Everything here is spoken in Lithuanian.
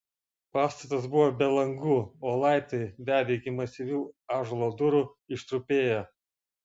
pastatas buvo be langų o laiptai vedę iki masyvių ąžuolo durų ištrupėję